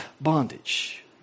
bondage